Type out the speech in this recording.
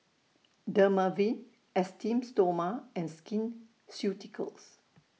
Dermaveen Esteem Stoma and Skin Ceuticals